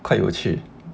quite 有趣